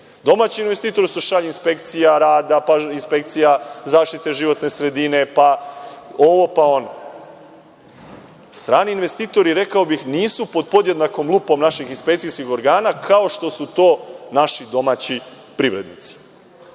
Domaćim investitorima se šalje inspekcija rada, inspekcija zaštite životne sredine, pa ovo, pa ono. Strani investitor je, rekao bih, nisu pod podjednakom lupom naših inspekcijskih organa, kao što su to naši domaći privrednici. Dakle,